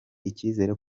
icyizere